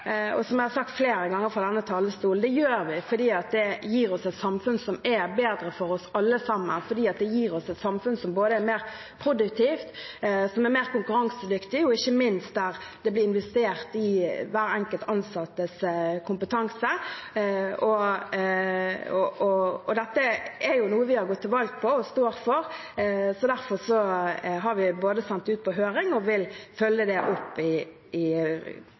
Som jeg har sagt flere ganger fra denne talerstol: Det gjør vi fordi det gir oss et samfunn som er bedre for oss alle sammen, fordi det gir oss et samfunn som er mer produktivt og mer konkurransedyktig, og ikke minst blir det investert i hver enkelt ansattes kompetanse. Dette er noe vi har gått til valg på og står for. Så derfor har vi både sendt dette ut på høring og vil følge det opp i en proposisjon til Stortinget. Emma Watne – til oppfølgingsspørsmål. I